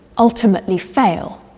ultimately, fail.